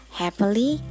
happily